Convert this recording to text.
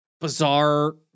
bizarre